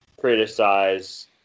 criticize